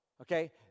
Okay